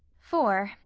for,